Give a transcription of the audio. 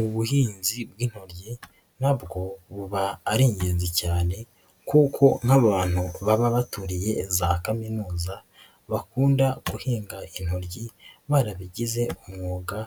Ubuhinzi bw'intoryi nabwo buba ari ingenzi cyane kuko nk'abantu baba baturiye za kaminuza, bakunda guhinga intoryi, barabigize umwuga,